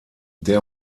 der